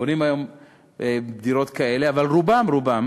בונים היום דירות כאלה, אבל רובן-רובן